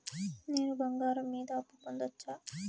నేను బంగారం మీద అప్పు పొందొచ్చా?